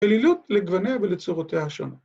‫אלילות לגווניה ולצורותיה השונות.